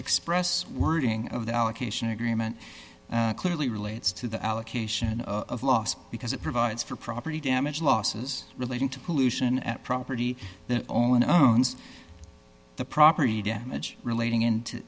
express wording of the allocation agreement clearly relates to the allocation of loss because it provides for property damage losses relating to pollution and property the only known to the property damage relating into